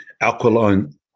alkaline